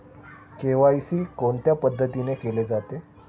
KYC कोणत्या पद्धतीने केले जाते?